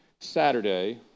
Saturday